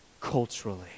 culturally